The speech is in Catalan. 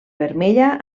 vermella